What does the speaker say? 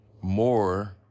more